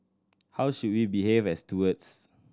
how should we behave as stewards